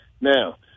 Now